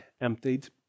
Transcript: emptied